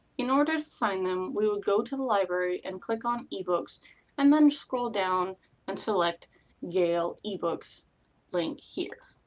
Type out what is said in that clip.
in order to find them, we would go to the library and click on ebooks and then scroll down and select the gale ebooks link here.